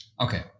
Okay